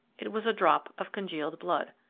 it was a drop of congealed blood.